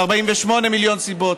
ו-48 מיליון סיבות,